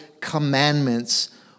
commandments